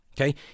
Okay